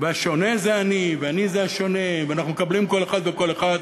"השונה זה אני" ו"אני זה השונה" ואנחנו מקבלים כל אחד וכל אחת,